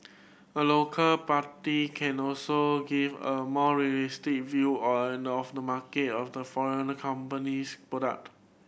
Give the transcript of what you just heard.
a local party can also give a more view and of the market of the foreign company's product